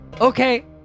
Okay